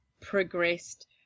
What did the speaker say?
progressed